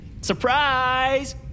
Surprise